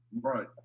Right